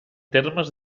termes